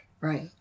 right